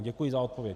Děkuji za odpověď.